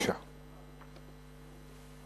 בבקשה.